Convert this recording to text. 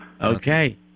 Okay